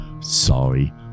sorry